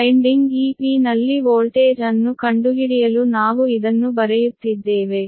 ಈ winding Ep ನಲ್ಲಿ voltage ಅನ್ನು ಕಂಡುಹಿಡಿಯಲು ನಾವು ಇದನ್ನು ಬರೆಯುತ್ತಿದ್ದೇವೆ